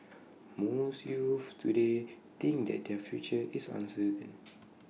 most youths today think that their future is uncertain